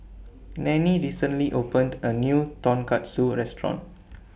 Nannie recently opened A New Tonkatsu Restaurant